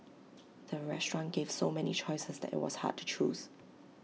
the restaurant gave so many choices that IT was hard to choose